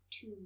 Two